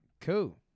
cool